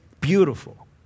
beautiful